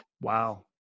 Wow